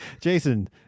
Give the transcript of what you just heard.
Jason